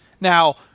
Now